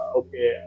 okay